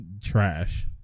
trash